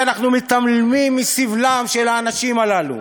כי אנחנו מיתממים מסבלם של האנשים הללו.